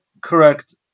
Correct